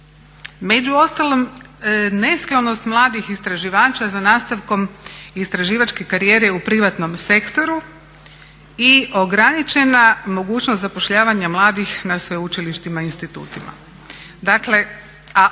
među ostalim nesklonost mladih istraživača za nastavkom istraživačke karijere u privatnom sektoru i ograničena mogućnost zapošljavanja mladih na sveučilištima i institutima.